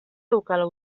daukadala